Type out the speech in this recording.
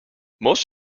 most